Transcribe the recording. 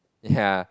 ya